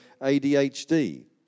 ADHD